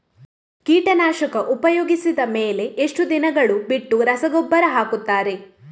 ಕೀಟನಾಶಕ ಉಪಯೋಗಿಸಿದ ಮೇಲೆ ಎಷ್ಟು ದಿನಗಳು ಬಿಟ್ಟು ರಸಗೊಬ್ಬರ ಹಾಕುತ್ತಾರೆ?